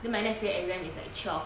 then my next day exam is at twelve